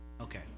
Okay